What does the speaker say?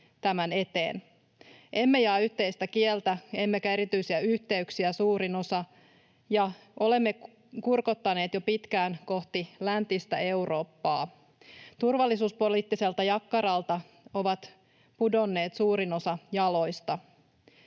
tämän eteen. Emme jaa yhteistä kieltä emmekä suurin osa erityisiä yhteyksiä, ja olemme kurkottaneet jo pitkään kohti läntistä Eurooppaa. Turvallisuuspoliittiselta jakkaralta ovat pudonneet suurin osa jaloista.